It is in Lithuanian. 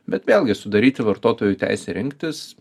bet vėlgi sudaryti vartotojui teisę rinktis